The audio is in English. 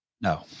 no